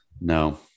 no